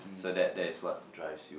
so that that is what drives you